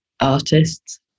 artists